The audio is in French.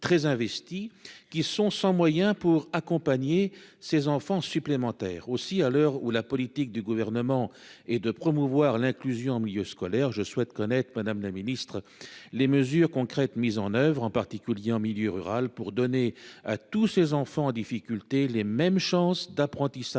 très investi, qui sont sans moyens pour accompagner ses enfants supplémentaires aussi à l'heure où la politique du gouvernement et de promouvoir l'inclusion en milieu scolaire, je souhaite connaître Madame la Ministre, les mesures concrètes mises en oeuvre, en particulier en milieu rural pour donner à tous ces enfants en difficulté les mêmes chances d'apprentissage